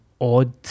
odd